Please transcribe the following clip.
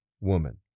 woman